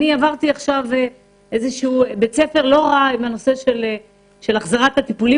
עברתי עכשיו בית ספר לא רע בהחזרת טיפולי